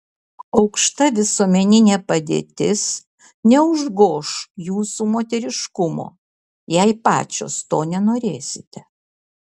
aukšta visuomeninė padėtis neužgoš jūsų moteriškumo jei pačios to nenorėsite